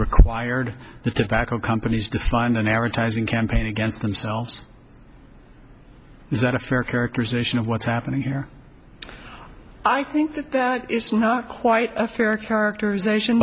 required the tobacco companies define an era ties in campaign against themselves is that a fair characterization of what's happening here i think that that is not quite a fair characterization